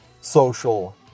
social